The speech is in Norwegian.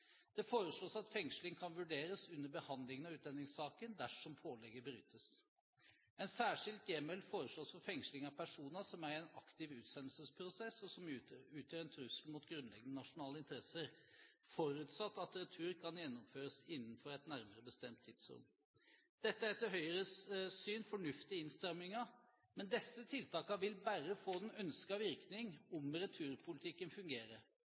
Det foreslås at fengsling kan vurderes under behandlingen av utlendingssaken dersom pålegget brytes. En særskilt hjemmel foreslås for fengsling av personer som er i en aktiv utsendelsesprosess, og som utgjør en trussel mot grunnleggende nasjonale interesser, forutsatt at retur kan gjennomføres innenfor et nærmere bestemt tidsrom. Dette er etter Høyres syn fornuftige innstramninger, men disse tiltakene vil bare få den ønskede virkning om returpolitikken fungerer.